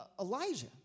Elijah